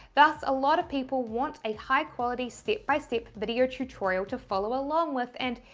thus, a lot of people want a high quality, step-by-step video tutorial to follow along with. and,